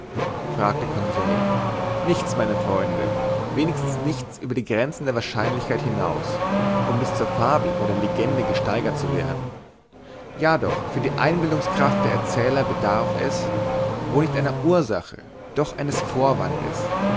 fragte conseil nichts meine freunde wenigstens nichts über die grenzen der wahrscheinlichkeit hinaus um bis zur fabel oder legende gesteigert zu werden ja doch für die einbildungskraft der erzähler bedarf es wo nicht einer ursache doch eines vorwandes